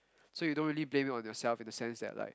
so you don't really blame it on yourself in the sense that like